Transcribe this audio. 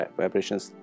vibrations